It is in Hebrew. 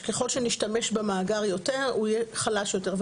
שככל שנשתמש במאגר יותר הוא יהיה חלש יותר,